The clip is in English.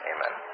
Amen